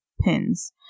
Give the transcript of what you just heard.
pins